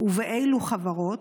ובאילו חברות?